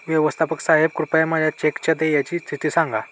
व्यवस्थापक साहेब कृपया माझ्या चेकच्या देयची स्थिती सांगा